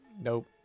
nope